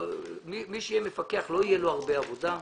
מי שיהיה מפקח, לא תהיה לו הרבה עבודה.